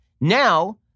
Now